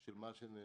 של מה שנעשה.